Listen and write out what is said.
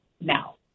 now